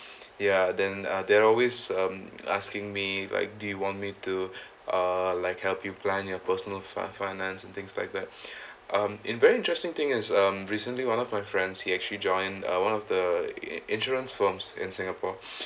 ya then uh they're always um asking me like do you want me to uh like help you plan your personal fi~ finance and things like that um in very interesting thing is um recently one of my friends he actually joined uh one of the in~ insurance firms in singapore